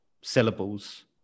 syllables